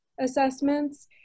assessments